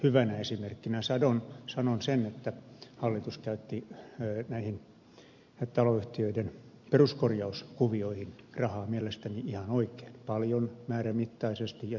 hyvänä esimerkkinä sanon sen että hallitus käytti näihin taloyhtiöiden peruskorjauskuvioihin rahaa mielestäni ihan oikein paljon määrämittaisesti ja tehokkaasti